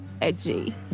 edgy